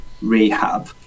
rehab